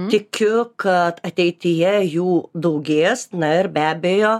tikiu kad ateityje jų daugės na ir be abejo